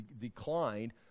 declined